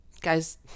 Guys